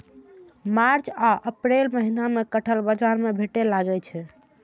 मार्च आ अप्रैलक महीना मे कटहल बाजार मे भेटै लागै छै